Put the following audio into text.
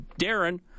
Darren